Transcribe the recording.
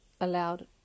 allowed